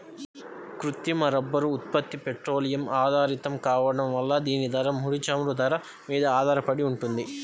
కృత్రిమ రబ్బరు ఉత్పత్తి పెట్రోలియం ఆధారితం కావడం వల్ల దీని ధర, ముడి చమురు ధర మీద ఆధారపడి ఉంటుంది